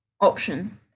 option